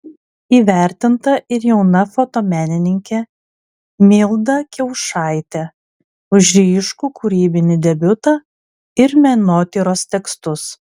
įvertinta ir jauna fotomenininkė milda kiaušaitė už ryškų kūrybinį debiutą ir menotyros tekstus